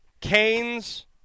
Canes